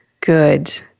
Good